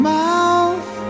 mouth